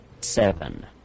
seven